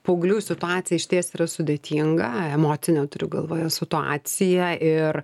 paauglių situacija išties yra sudėtinga emocinė turiu galvoje situacija ir